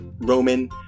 Roman